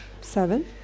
Seven